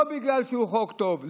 לא בגלל שהוא חוק טוב,